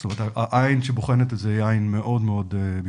זאת אומרת העין שבוחנת את זה היא עין מאוד מאוד ביקורתית.